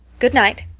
good night.